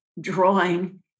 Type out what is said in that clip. drawing